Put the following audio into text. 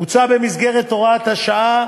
מוצע במסגרת הוראת השעה